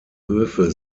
höfe